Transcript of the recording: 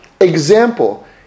example